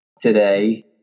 today